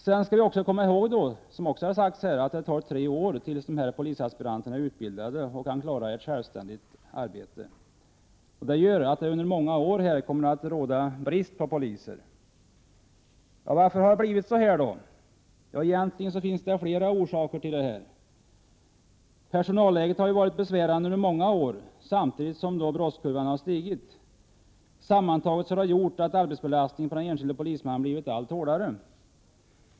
Sedan skall vi komma ihåg, som också har sagts här, att det tar tre år tills polisaspiranterna är utbildade och kan klara ett självständigt arbete. Detta gör att det under många år kommer råda brist på poliser. Varför har det blivit så? Egentligen finns det flera orsaker. Personalläget har ju varit besvärande under många år, samtidigt som brottskurvan har stigit. Sammantaget har detta gjort att arbetsbelastningen på den enskilde polismannen har blivit allt hårdare.